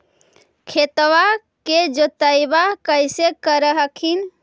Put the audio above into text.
खेतबा के जोतय्बा कैसे कर हखिन?